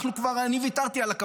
אני, איך אומרים?